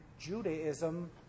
Judaism